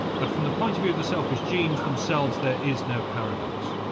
but from the point of view of the selfish genes themselves there is no paradox.